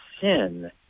sin